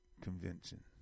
Convention